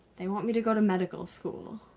they want me to go to medical school.